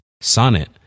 Sonnet